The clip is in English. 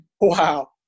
Wow